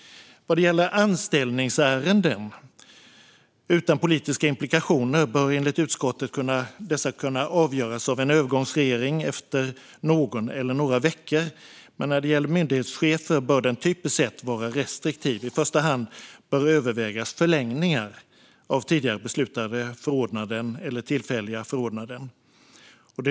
Vad gäller anställningsärenden utan politiska implikationer bör dessa enligt utskottet kunna avgöras av en övergångsregering efter någon eller några veckor. När det gäller myndighetschefer bör en övergångsregering dock typiskt sett vara restriktiv. I första hand bör förlängningar av tidigare beslutade förordnanden eller tillfälliga förordnanden övervägas.